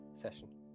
session